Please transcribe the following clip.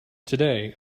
today